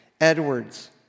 Edwards